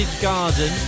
garden